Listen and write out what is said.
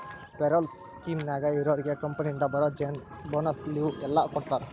payroll ಸ್ಕೇಮ್ನ್ಯಾಗ ಇರೋರ್ಗೆ ಕಂಪನಿಯಿಂದ ಬರೋ ಬೋನಸ್ಸು ಲಿವ್ವು ಎಲ್ಲಾ ಕೊಡ್ತಾರಾ